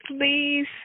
please –